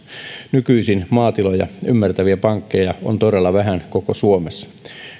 nykyisin maatiloja ymmärtäviä pankkeja on todella vähän koko suomessa